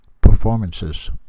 performances